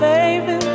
Baby